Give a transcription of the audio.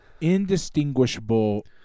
indistinguishable